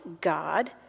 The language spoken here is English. God